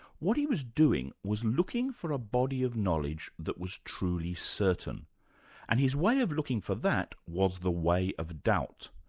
what he was doing was looking for a body of knowledge that was truly certain and his way of looking for that was the way of doubt.